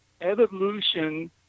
evolution